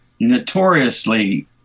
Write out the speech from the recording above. Notoriously